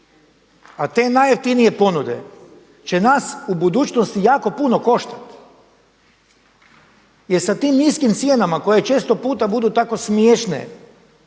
A te najjeftinije ponude će nas u budućnosti jako puno koštati jel sa tim niskim cijenama koje često puta budu tako smiješne